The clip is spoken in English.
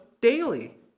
daily